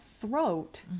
throat